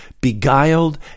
beguiled